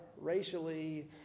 racially